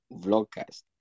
Vlogcast